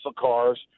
cars